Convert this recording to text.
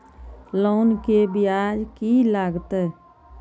Loan के ब्याज की लागते?